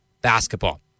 basketball